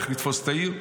איך לתפוס את העיר.